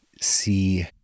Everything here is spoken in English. see